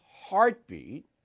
heartbeat